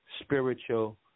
spiritual